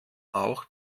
auch